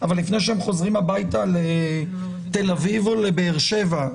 אבל לפני שהם חוזרים הביתה לתל אביב או לבאר שבע,